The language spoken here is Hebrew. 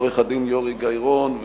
עורך-הדין יורי גיא-רון,